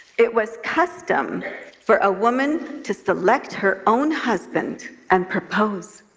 it was custom for a woman to select her own husband and propose.